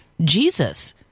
Jesus